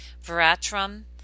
Veratrum